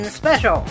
special